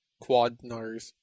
quad-nars